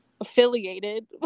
affiliated